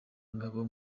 ingabo